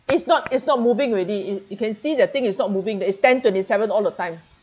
it's not it's not moving already it you can see the thing is not moving that it's ten twenty seven all the time